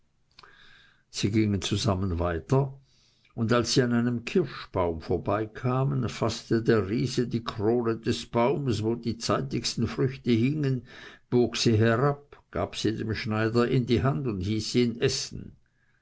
sie gingen zusammen weiter und als sie an einem kirschbaum vorbeigingen faßte der riese die krone des baums wo die zeitigsten früchte hingen bog sie herab gab sie dem schneider in die hand und hieß ihn essen